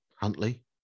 Huntley